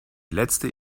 letzte